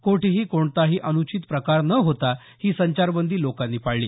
कोठेही कोणताही अनुचित प्रकार न होता ही संचारबंदी लोकांनी पाळली